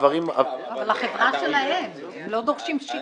בחברה שלהם לא דורשים שיקום.